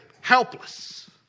helpless